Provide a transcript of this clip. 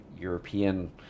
European